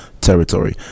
territory